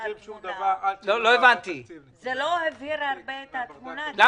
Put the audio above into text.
לא הבהיר הרבה את התמונה.